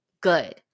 good